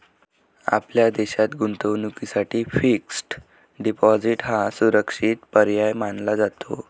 आपल्या देशात गुंतवणुकीसाठी फिक्स्ड डिपॉजिट हा सुरक्षित पर्याय मानला जातो